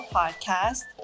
podcast